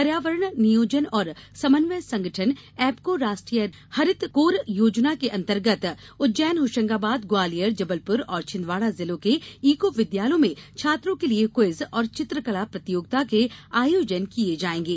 पर्यावरण नियोजन और समन्वय संगठन एप्को राष्ट्रीय हरित कोर योजना के अंतर्गत उज्जैन होशंगाबाद ग्वालियर जबलपुर और छिंदवाड़ा जिलों के ईको विद्यालयों में छात्रों के लिये क्वीज और चित्रकला प्रतियोगिता के आयोजन किये जाएंगे